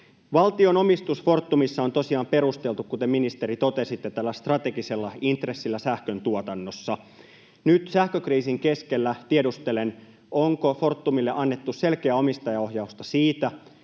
Valtion omistus Fortumissa on tosiaan perusteltu — kuten, ministeri, totesitte — tällä strategisella intressillä sähköntuotannossa. Nyt sähkökriisin keskellä tiedustelen: onko Fortumille annettu selkeää omistajaohjausta siitä,